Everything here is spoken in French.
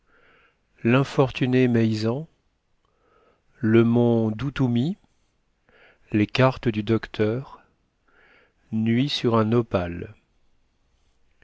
l'infortuné maizan le mont duthumi les cartes du docteur nuit sur un nopal